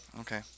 Okay